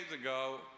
ago